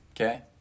Okay